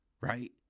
right